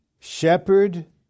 Shepherd